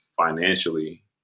financially